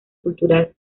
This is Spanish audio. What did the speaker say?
cultural